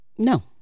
No